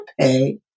pay